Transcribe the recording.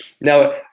now